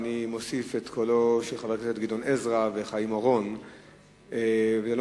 ואני מוסיף את חברי הכנסת גדעון עזרא וחיים אורון ואופיר פינס.